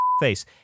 face